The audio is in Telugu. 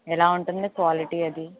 ఎలా ఉంటుంది క్వాలిటీ అది